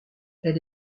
elle